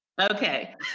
okay